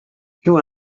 you